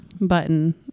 button